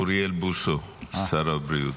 אוריאל בוסו, שר הבריאות.